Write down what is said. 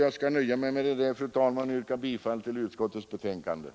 Jag nöjer mig med detta, fru talman, och yrkar bifall till utskottets hemställan.